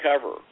cover